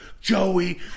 Joey